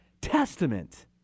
testament